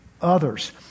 others